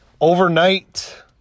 Overnight